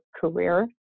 career